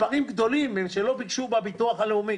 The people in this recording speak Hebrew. גדולים שלא ביקשו בביטוח הלאומי